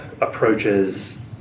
approaches